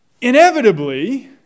Inevitably